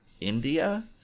India